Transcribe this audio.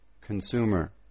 consumer